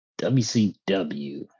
WCW